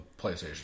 PlayStation